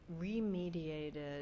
remediated